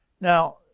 Now